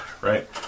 Right